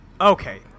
Okay